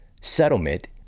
settlement